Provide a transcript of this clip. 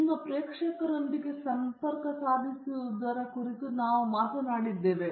ನಿಮ್ಮ ಪ್ರೇಕ್ಷಕರೊಂದಿಗೆ ಸಂಪರ್ಕ ಸಾಧಿಸುವುದರ ಕುರಿತು ನಾವು ಮಾತನಾಡಿದ್ದೇವೆ